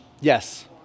yes